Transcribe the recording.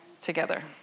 together